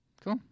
Cool